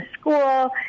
school